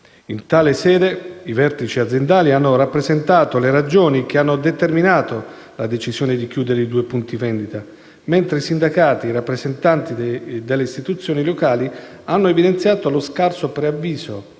In tale sede, i vertici aziendali hanno rappresentato le ragioni che hanno determinato la decisione di chiudere i due punti vendita, mentre i sindacati e i rappresentanti delle istituzioni locali hanno evidenziato lo scarso preavviso